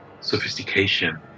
sophistication